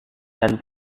dan